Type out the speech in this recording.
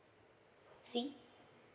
C